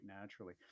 naturally